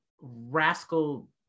rascal